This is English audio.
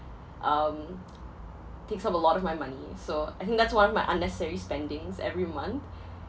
um takes up a lot of my money so I think that's one of my unnecessary spendings every month